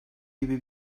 gibi